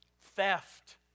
theft